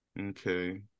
Okay